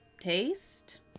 Taste